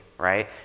right